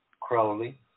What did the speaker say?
Crowley